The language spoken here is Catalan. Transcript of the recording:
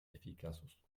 eficaços